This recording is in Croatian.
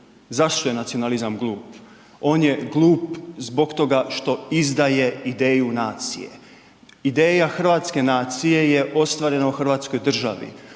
Zašto je nacionalizam glup? On je glup zbog toga što izdaje ideju nacije. Ideja hrvatske nacije je ostvareno u hrvatskoj državi,